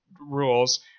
rules